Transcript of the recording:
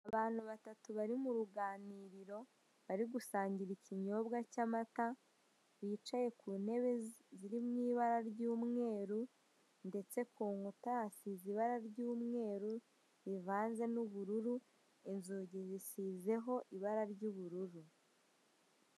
Abantu batatu bari mu ruganiriro, bari gusangira ikinyobwa cy'amata, bicaye ku ntebe ziri mu ibara ry'umweru ndetse ku nkuta hasize ibara ry'umweru rivanze n'ubururu, inzugi zisizeho ibara ry'ubururu.